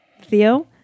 Theo